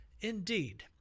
indeed